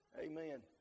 Amen